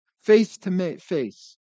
face-to-face